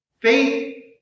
Faith